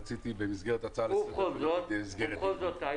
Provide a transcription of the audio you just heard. רציתי במסגרת הצעה לסדר-היום --- ובכל זאת.